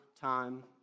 time